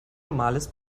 normales